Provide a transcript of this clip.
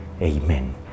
Amen